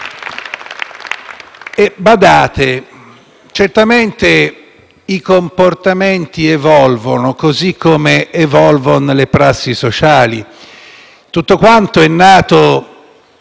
M5S)*. Certamente i comportamenti evolvono, così come evolvono le prassi sociali. Tutto quanto è nato